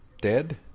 dead